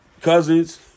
Cousins